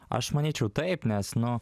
aš manyčiau taip nes nu